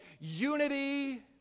unity